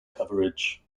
coverage